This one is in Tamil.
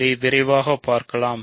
இதை விரைவாக பார்க்கலாம்